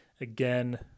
again